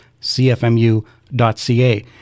CFMU.ca